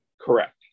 Correct